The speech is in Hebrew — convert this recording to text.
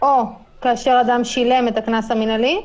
או כאשר אדם שילם את הקנס המינהלי,